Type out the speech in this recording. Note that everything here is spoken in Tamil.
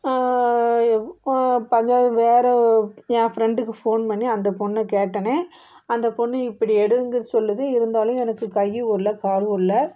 பஞ்சாய வேறு என் ஃப்ரெண்டுக்கு ஃபோன் பண்ணி அந்த பொண்ணை கேட்டோடனே அந்த பொண்ணு இப்படி எடுங்கன்னு சொல்லுது இருந்தாலும் எனக்கு கையும் ஓடல காலும் ஓடல